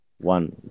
one